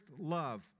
love